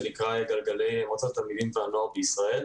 שנקרא מועצת התלמידים והנוער בישראל.